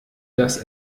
das